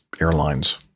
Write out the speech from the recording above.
airlines